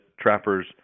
trappers